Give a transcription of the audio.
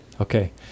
Okay